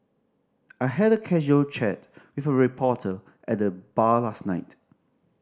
I had a casual chat with a reporter at the bar last night